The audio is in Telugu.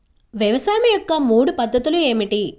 వ్యవసాయం యొక్క మూడు పద్ధతులు ఏమిటి?